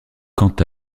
quant